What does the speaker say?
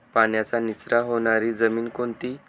पाण्याचा निचरा होणारी जमीन कोणती?